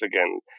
again